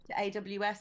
AWS